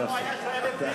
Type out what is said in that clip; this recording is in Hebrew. מה לעשות.